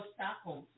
Stockholm